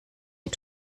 und